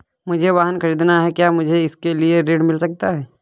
मुझे वाहन ख़रीदना है क्या मुझे इसके लिए ऋण मिल सकता है?